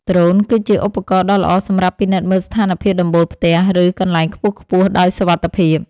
ដ្រូនគឺជាឧបករណ៍ដ៏ល្អសម្រាប់ពិនិត្យមើលស្ថានភាពដំបូលផ្ទះ ឬកន្លែងខ្ពស់ៗដោយសុវត្ថិភាព។